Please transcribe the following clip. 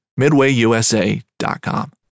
MidwayUSA.com